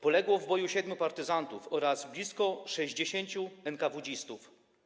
Poległo w boju siedmiu partyzantów oraz blisko 60 NKWD-zistów.